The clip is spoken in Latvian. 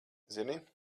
zini